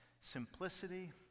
Simplicity